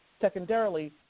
secondarily